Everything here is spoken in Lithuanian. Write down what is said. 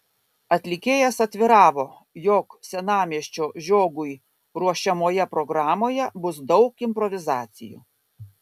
atlikėjas atviravo jog senamiesčio žiogui ruošiamoje programoje bus daug improvizacijų